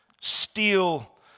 steal